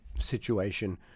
situation